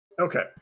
Okay